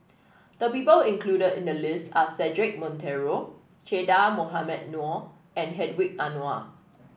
the people included in the list are Cedric Monteiro Che Dah Mohamed Noor and Hedwig Anuar